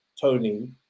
Tony